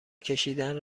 کشیدن